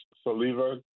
Saliva